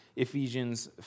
Ephesians